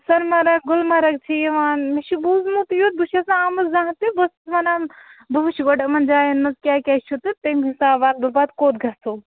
سۄنہٕ مَرگ گُلمرگ چھِ یِوان مےٚ چھُ بوٗزمُت یُتھ بہٕ چھَس نہٕ آمٕژ زانٛہہ تہِ بہٕ ٲسٕس وَنان بہٕ وُچھِ گۄڈٕ یِمَن جایَن منٛز کیٛاہ کیٛاہ چھُ تہٕ تَمہِ حِسابہٕ ونہٕ بہٕ پَتہٕ کوٚت گژھو